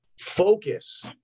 focus